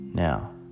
Now